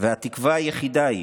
והתקווה היחידה היא